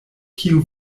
kiu